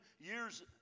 years